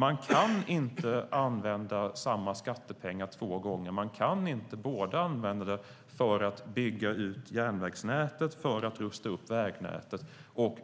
Man kan inte använda samma skattepengar två gånger. Man kan inte använda dem både för att bygga ut järnvägsnätet och för att rusta upp vägnätet och